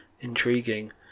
intriguing